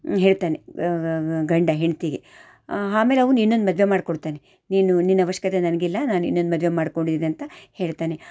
ಹೇಳ್ತಾನೆ ಗಂಡ ಹೆಂಡತಿಗೆ ಆಮೇಲೆ ಅವ್ನು ಇನ್ನೊಂದು ಮದುವೆ ಮಾಡಿಕೊಳ್ತಾನೆ ನೀನು ನಿನ್ನ ಅವಶ್ಯಕತೆ ನನಗಿಲ್ಲ ನಾನು ಇನ್ನೊಂದು ಮದುವೆ ಮಾಡ್ಕೊಂಡಿದೀನಿ ಅಂತ ಹೇಳ್ತಾನೆ